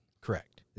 Correct